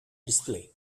display